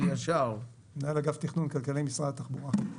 אני מנהל אגף תכנון כלכלי במשרד התחבורה.